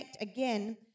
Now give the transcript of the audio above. again